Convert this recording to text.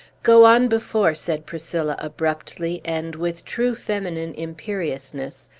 go on before, said priscilla abruptly, and with true feminine imperiousness,